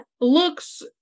looks